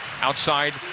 outside